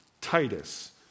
Titus